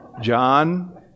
John